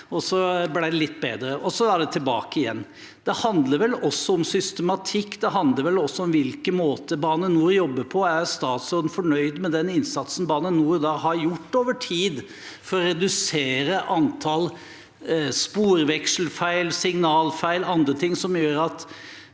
det ble litt bedre – og så er det tilbake igjen. Det handler vel også om systematikk. Det handler vel også om på hvilken måte Bane NOR jobber. Er statsråden fornøyd med den innsatsen Bane NOR har gjort over tid for å redusere antall sporvekselfeil, signalfeil eller andre ting, som gjør at